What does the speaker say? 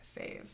fave